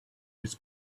its